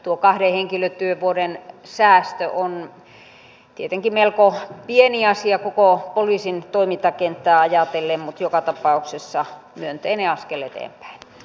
tuo kahden henkilötyövuoden säästö on tietenkin melko pieni asia koko poliisin toimintakenttää ajatellen mutta joka tapauksessa myönteinen askel eteenpäin